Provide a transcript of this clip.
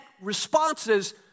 responses